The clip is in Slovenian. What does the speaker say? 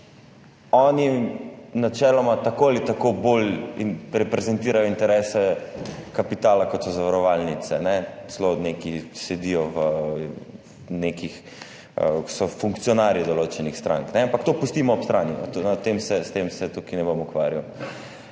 Oni načeloma tako ali tako bolj reprezentirajo interese kapitala, kot so zavarovalnice, celo neki, ki sedijo v nekih, so funkcionarji določenih strank, ampak to pustimo ob strani, s tem se tukaj ne bom ukvarjal.